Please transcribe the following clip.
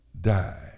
die